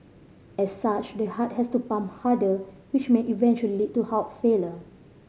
as such the heart has to pump harder which may eventually lead to heart failure